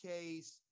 case